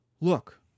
look